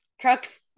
trucks